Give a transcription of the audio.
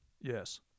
Yes